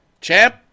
Champ